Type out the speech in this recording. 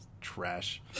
Trash